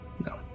No